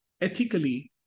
ethically